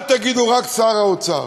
אל תגידו "רק שר האוצר"